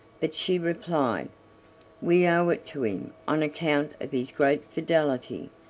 but she replied we owe it to him on account of his great fidelity.